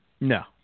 No